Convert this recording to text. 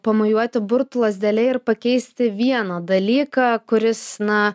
pamojuoti burtų lazdele ir pakeisti vieną dalyką kuris na